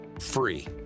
free